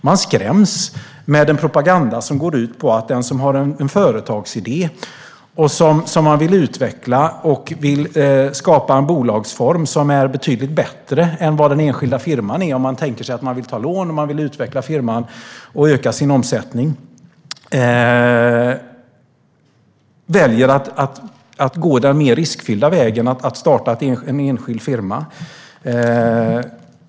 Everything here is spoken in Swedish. Man skräms med en propaganda mot den som har en företagsidé och vill skapa en bolagsform som är betydligt bättre än vad den enskilda firman är, om ägaren vill ta lån, utveckla bolaget och öka omsättningen. Det är mer riskfyllt att starta en enskild firma.